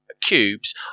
cubes